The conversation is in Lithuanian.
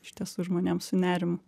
iš tiesų žmonėm su nerimu